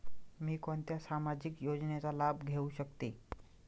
मी कोणत्या सामाजिक योजनेचा लाभ घेऊ शकते?